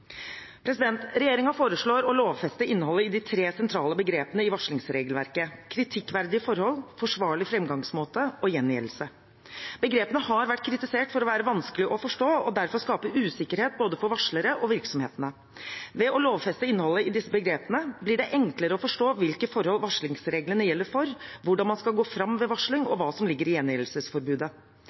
foreslår å lovfeste innholdet i de tre sentrale begrepene i varslingsregelverket: «kritikkverdige forhold», «forsvarlig fremgangsmåte» og «gjengjeldelse». Begrepene har vært kritisert for å være vanskelige å forstå og derfor skape usikkerhet både for varslerne og virksomhetene. Ved å lovfeste innholdet i disse begrepene blir det enklere å forstå hvilke forhold varslingsreglene gjelder for, hvordan man skal gå fram ved varsling, og hva som ligger i